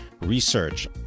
Research